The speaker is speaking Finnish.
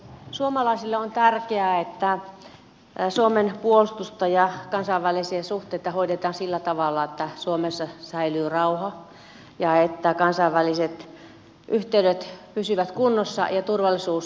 suomalaisille on tärkeää että suomen puolustusta ja kansainvälisiä suhteita hoidetaan sillä tavalla että suomessa säilyy rauha ja että kansainväliset yhteydet pysyvät kunnossa ja turvallisuus yleisesti lisääntyy